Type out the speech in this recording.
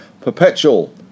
Perpetual